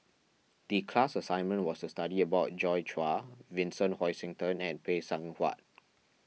the class assignment was to study about Joi Chua Vincent Hoisington and Phay Seng Whatt